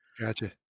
Gotcha